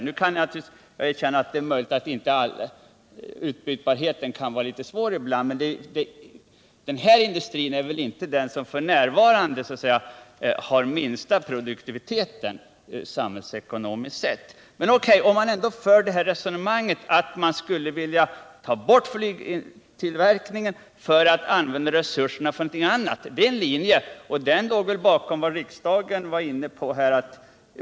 Nu erkänner jag att utbytbarheten kan vara litet svår ibland. Men flygindustrin är väl inte den som f. n. har den minsta produktiviteten, samhällsekonomiskt sett. Men O.K., man kan ändå föra resonemanget att man skulle vilja ta bort flygplanstillverkningen för att använda resurserna för någonting annat. Undersökning av alternativ produktion var riksdagen inne på förra veckan.